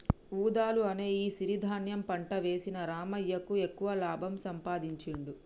వూదలు అనే ఈ సిరి ధాన్యం పంట వేసిన రామయ్యకు ఎక్కువ లాభం సంపాదించుడు